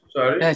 Sorry